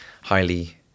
highly